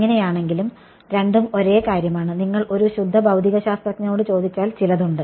അങ്ങനെയാണെങ്കിലും രണ്ടും ഒരേ കാര്യമാണ് നിങ്ങൾ ഒരു ശുദ്ധ ഭൌതികശാസ്ത്രജ്ഞനോട് ചോദിച്ചാൽ ചിലതുണ്ട്